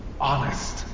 honest